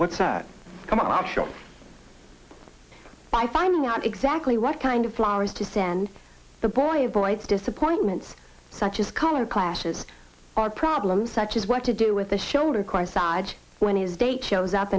what's that come out of shops by finding out exactly what kind of flowers to send the boy avoids disappointments such as color clashes or problems such as what to do with a shoulder quite sad when his date shows up